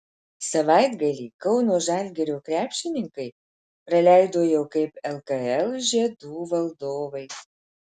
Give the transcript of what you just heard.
savaitgalį kauno žalgirio krepšininkai praleido jau kaip lkl žiedų valdovai